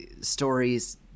stories